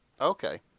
Okay